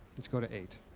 let's go to eight.